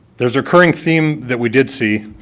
there's a recurring theme that we did see